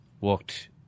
walked